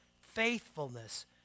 faithfulness